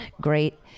great